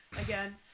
again